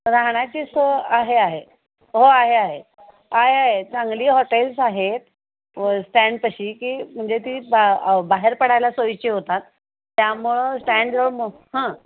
राहण्याची सोय आहे आहे हो आहे आहे आहे आहे चांगली हॉटेल्स आहेत स्टँडपाशी की म्हणजे ती बा बाहेर पडायला सोयीची होतात त्यामुळं स्टँड म हं